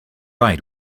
right